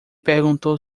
perguntou